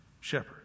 shepherd